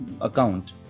account